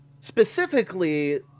specifically